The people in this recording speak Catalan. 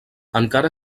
encara